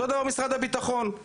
אותו דבר משרד הביטחון,